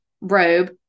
robe